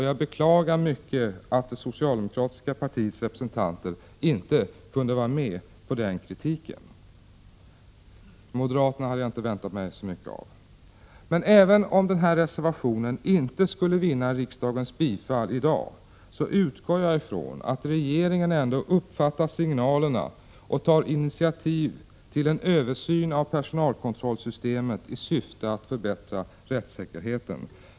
Jag beklagar mycket att det socialdemokratiska partiets representanter inte kunde vara med om den kritiken. Även om denna reservation inte skulle vinna riksdagens bifall i dag utgår jag från att regeringen ändå uppfattar signalerna och tar initiativ till en översyn av personalkontrollsystemet i syfte att förbättra rättssäkerheten.